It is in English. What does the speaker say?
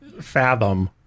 fathom